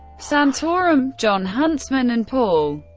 santorum, jon huntsman, and paul.